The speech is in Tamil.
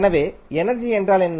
எனவே எனர்ஜி என்றால் என்ன